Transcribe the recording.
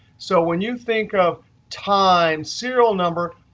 so when you think of time serial number,